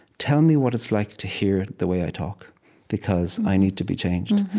tell me what it's like to hear the way i talk because i need to be changed.